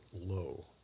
low